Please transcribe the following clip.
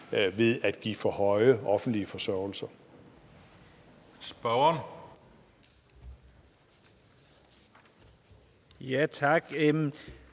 ved at give for høje offentlige forsørgelser. Kl. 14:54